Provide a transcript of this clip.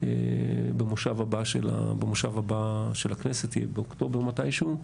במושב הבא של הכנסת, יהיה באוקטובר מתישהו,